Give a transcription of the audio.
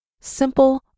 Simple